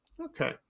Okay